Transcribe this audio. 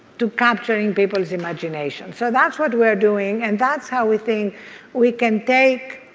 to capturing people's imagination. so that's what we're doing and that's how we think we can take